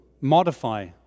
modify